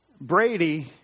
Brady